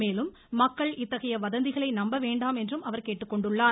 மேலும் மக்கள் இத்தகைய வதந்திகளை நம்ப வேண்டாம் என்றும் அவர் கேட்டுக்கொண்டுள்ளார்